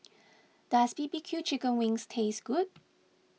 does B B Q Chicken Wings taste good